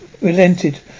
relented